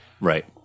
Right